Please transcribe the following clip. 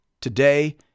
today